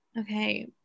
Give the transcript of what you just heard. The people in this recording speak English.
Okay